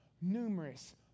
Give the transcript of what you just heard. numerous